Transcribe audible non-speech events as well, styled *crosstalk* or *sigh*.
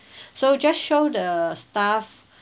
*breath* so just show the staff